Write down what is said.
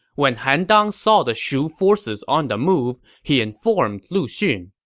when han dang saw the shu forces on the move, he informed lu xun.